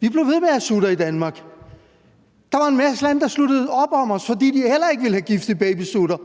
Vi blev ved med at have sutter i Danmark. Der var en masse lande, der sluttede op om os, fordi de heller ikke ville have gift i babysutter,